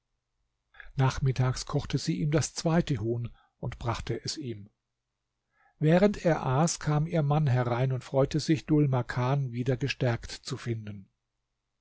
nachmittags kochte sie ihm das zweite huhn und brachte es ihm während er aß kam ihr mann herein und freute sich dhul makan wieder gestärkt zu finden